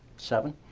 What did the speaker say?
seven.